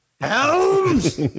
Helms